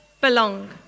belong